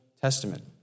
Testament